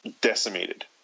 decimated